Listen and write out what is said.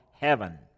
heaven